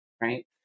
right